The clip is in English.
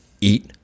Eat